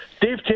Dave